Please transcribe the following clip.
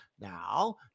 Now